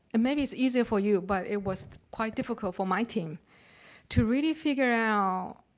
and maybe it's easy for you, but it was quite difficult for my team to really figure out